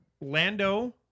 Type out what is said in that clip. Lando